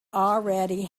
already